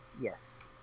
Yes